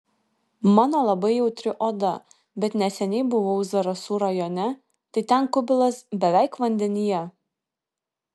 mano labai jautri oda bet neseniai buvau zarasų rajone tai ten kubilas beveik vandenyje